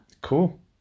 Cool